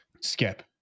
skip